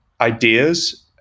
ideas